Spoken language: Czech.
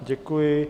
Děkuji.